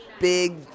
big